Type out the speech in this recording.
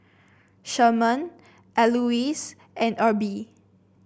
Sherman Elouise and Erby